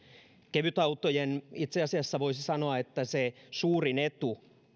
itse asiassa voisi sanoa että kevytautojen suurin etu